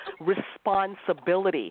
responsibility